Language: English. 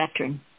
veteran